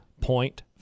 point